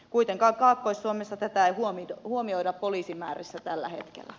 kuitenkaan kaakkois suomessa tätä ei huomioida poliisimäärissä tällä hetkellä